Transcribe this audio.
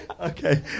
Okay